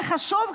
זה חשוב,